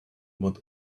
about